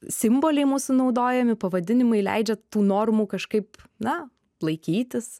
simboliai mūsų naudojami pavadinimai leidžia tų normų kažkaip na laikytis